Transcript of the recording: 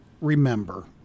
remember